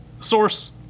source